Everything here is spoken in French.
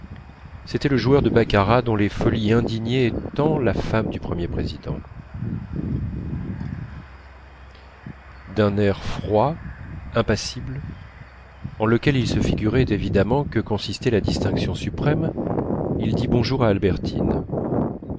c'était le joueur de baccarat dont les folies indignaient tant la femme du premier président d'un air froid impassible en lequel il se figurait évidemment que consistait la distinction suprême il dit bonjour à albertine